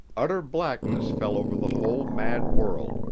utter blackness fell over the whole mad world,